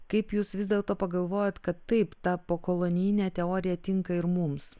kaip jūs vis dėlto pagalvojot kad taip ta pokolonijinė teorija tinka ir mums